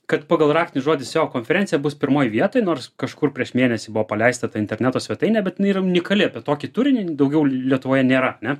kad pagal raktinį žodį seo konferencija bus pirmoj vietoj nors kažkur prieš mėnesį buvo paleista ta interneto svetainė bet jinai yra unikali apie tokį turinį daugiau lietuvoje nėra ne